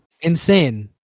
Insane